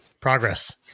Progress